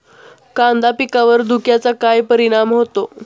कांदा पिकावर धुक्याचा काय परिणाम होतो?